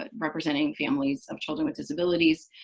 ah representing families of children with disabilities.